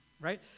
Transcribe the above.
Right